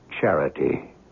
charity